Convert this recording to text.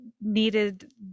needed